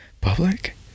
Public